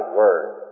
word